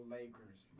Lakers